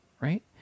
Right